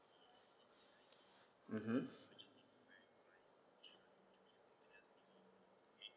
mmhmm